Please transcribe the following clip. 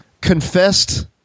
confessed